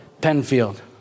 Penfield